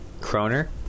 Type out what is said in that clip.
Kroner